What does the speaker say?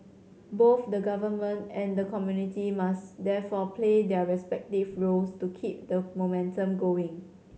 both the government and the community must therefore play their respective roles to keep the momentum going